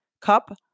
cup